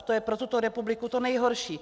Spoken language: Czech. To je pro tuto republiku to nejhorší.